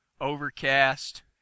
overcast